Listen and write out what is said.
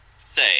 say